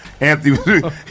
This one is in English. Anthony